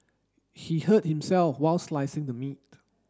he hurt himself while slicing the meat